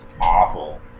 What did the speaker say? awful